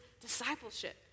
discipleship